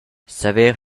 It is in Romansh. saver